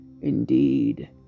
Indeed